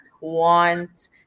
want